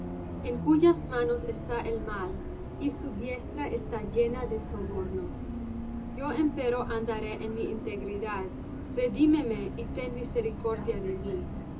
en cuyas manos está el mal y su diestra está llena de sobornos yo empero andaré en mi integridad redímeme y ten misericordia de mí